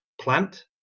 plant